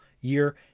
year